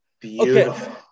beautiful